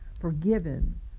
Forgiven